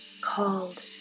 called